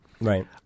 Right